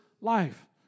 life